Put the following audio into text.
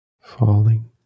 falling